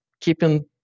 keeping